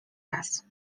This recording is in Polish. raz